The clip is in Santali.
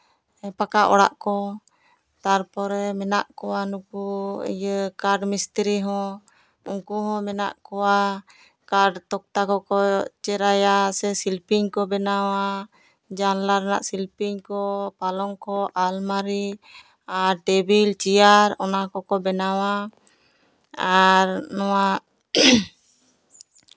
ᱯᱟᱠᱟ ᱚᱲᱟᱜ ᱠᱚ ᱛᱟᱨᱯᱚᱨᱮ ᱢᱮᱱᱟᱜ ᱠᱚᱣᱟ ᱱᱩᱠᱩ ᱤᱭᱟᱹ ᱠᱟᱴᱷ ᱢᱤᱥᱛᱨᱤ ᱦᱚᱸ ᱩᱱᱠᱩ ᱦᱚᱸ ᱢᱮᱱᱟᱜ ᱠᱚᱣᱟ ᱠᱟᱴᱷ ᱛᱚᱠᱛᱟ ᱠᱚᱠᱚ ᱪᱮᱨᱟᱭᱟ ᱥᱮ ᱥᱤᱯᱤᱧ ᱠᱚ ᱵᱮᱱᱟᱣᱟ ᱡᱟᱱᱟᱞᱟ ᱨᱮᱱᱟᱜ ᱥᱤᱞᱯᱤᱧ ᱠᱚ ᱯᱟᱞᱚᱝᱠᱚ ᱟᱞᱢᱟᱨᱤ ᱟᱨ ᱴᱮᱵᱤᱞ ᱪᱮᱭᱟᱨ ᱚᱱᱟ ᱠᱚᱠᱚ ᱵᱮᱱᱟᱣᱟ ᱟᱨ ᱱᱚᱣᱟ